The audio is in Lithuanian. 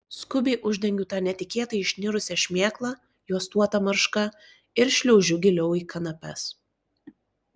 skubiai uždengiu tą netikėtai išnirusią šmėklą juostuota marška ir šliaužiu giliau į kanapes